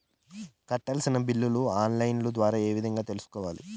కట్టాల్సిన బిల్లులు online ద్వారా ఏ విధంగా తెలుసుకోవాలి?